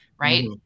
right